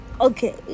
okay